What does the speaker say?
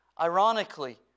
Ironically